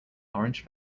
orange